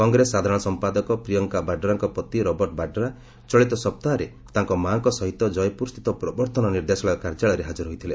କଂଗ୍ରେସ ସାଧାରଣ ସମ୍ପାଦକ ପ୍ରିୟଙ୍କା ବାଡ୍ରାଙ୍କ ପତି ରବର୍ଟ ବାଡ୍ରା ଚଳିତ ସପ୍ତାହରେ ତାଙ୍କ ମା'ଙ୍କ ସହିତ କୟପୁରସ୍ଥିତ ପ୍ରବର୍ତ୍ତନ ନିର୍ଦ୍ଦେଶାଳୟ କାର୍ଯ୍ୟାଳୟରେ ହାଜର ହୋଇଥିଲେ